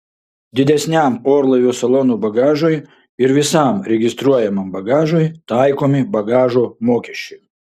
didesniam orlaivio salono bagažui ir visam registruotajam bagažui taikomi bagažo mokesčiai